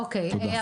אוקי.